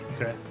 Okay